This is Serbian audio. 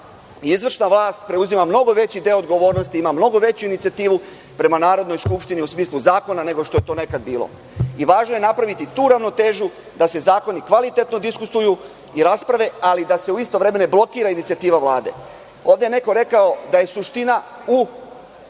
da izvršna vlast preuzima mnogo veći deo odgovornosti, ima mnogo veću inicijativu prema Narodnoj skupštini u smislu zakona nego što je to nekad bilo. Važno je napraviti tu ravnotežu da se zakoni kvalitetno diskutuju i rasprave, ali da se u isto vreme ne blokira inicijativa Vlade. Ovde je neko rekao da je suština u